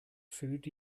food